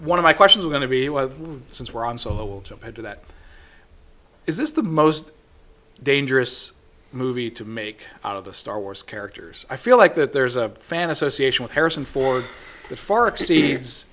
one of my questions are going to be why since we're on so well to do that is this the most dangerous movie to make out of the star wars characters i feel like that there's a fan association with harrison ford that far exceeds